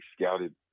scouted